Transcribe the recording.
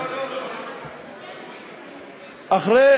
אחרי